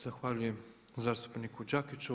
Zahvaljujem zastupniku Đakiću.